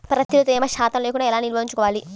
ప్రత్తిలో తేమ శాతం లేకుండా ఎలా నిల్వ ఉంచుకోవాలి?